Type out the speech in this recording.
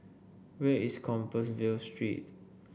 where is Compassvale Street